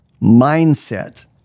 mindset